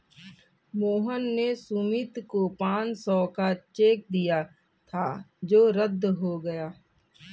मोहन ने सुमित को पाँच सौ का चेक दिया था जो रद्द हो गया